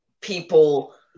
people